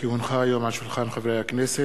כי הונחו היום על שולחן הכנסת,